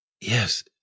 Yes